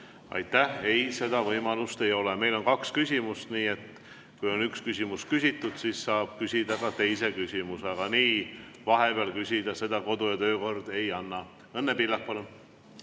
Aitäh! Ei, seda võimalust ei ole. Meil on kaks küsimust, nii et kui üks küsimus on küsitud, siis saab küsida ka teise küsimuse, aga niimoodi vahepeal küsida – seda [võimalust] kodu‑ ja töökord ei anna. Õnne Pillak, palun!